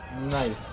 Nice